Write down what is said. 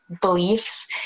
beliefs